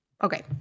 Okay